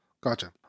Gotcha